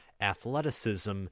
athleticism